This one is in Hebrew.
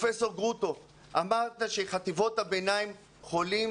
פרופסור גרוטו אמרת שבחטיבות הביניים יש